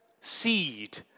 seed